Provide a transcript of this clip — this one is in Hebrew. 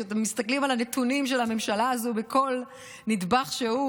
כשאתם מסתכלים על הנתונים של הממשלה הזאת בכל נדבך שהוא,